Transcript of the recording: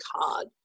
card